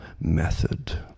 method